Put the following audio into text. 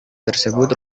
tersebut